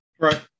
Right